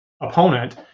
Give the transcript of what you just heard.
opponent